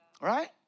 right